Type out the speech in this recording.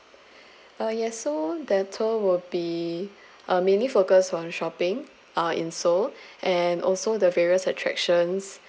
uh yeah so the tour will be uh mainly focus on shopping uh in seoul and also the various attractions